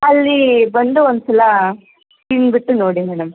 ಅಲ್ಲಿ ಬಂದು ಒಂದು ಸಲ ತಿನ್ಬಿಟ್ಟು ನೋಡಿ ಮೇಡಮ್